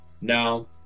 No